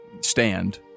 stand